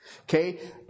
okay